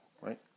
right